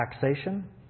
taxation